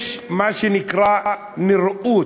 יש מה שנקרא נראוּת.